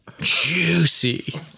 juicy